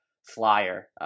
Flyer